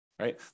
right